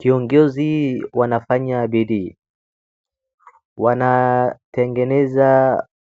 Viongozi wanafanya bidii. Wanatengeneza